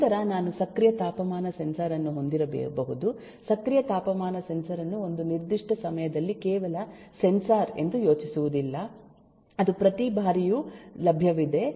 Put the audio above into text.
ನಂತರ ನಾನು ಸಕ್ರಿಯ ತಾಪಮಾನ ಸೆನ್ಸಾರ್ ಅನ್ನು ಹೊಂದಿರಬಹುದು ಸಕ್ರಿಯ ತಾಪಮಾನ ಸೆನ್ಸಾರ್ ಅನ್ನು ಒಂದು ನಿರ್ದಿಷ್ಟ ಸಮಯದಲ್ಲಿ ಕೇವಲ ಸೆನ್ಸಾರ್ ಎಂದು ಯೋಚಿಸುವುದಿಲ್ಲ ಅದು ಪ್ರತಿ ಬಾರಿಯೂ ಲಭ್ಯವಿದೆ